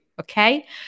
Okay